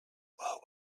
were